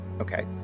okay